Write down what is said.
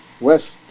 west